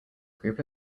group